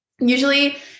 Usually